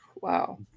Wow